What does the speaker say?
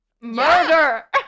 Murder